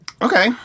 Okay